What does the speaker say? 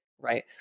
right